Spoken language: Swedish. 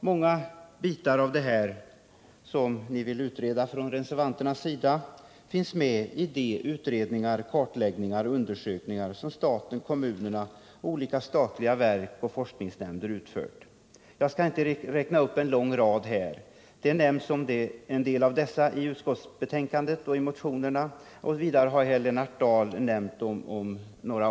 Många bitar av det som reservanterna vill utreda finns med i de utredningar, kartläggningar och undersökningar som staten, kommunerna och olika statliga verk och forskningsnämnder har utfört. Jag skall inte 77 här göra en lång uppräkning. En del av dessa saker nämns i utskottsbetänkandet och i motionerna. Vidare har Lennart Bladh här omnämnt några.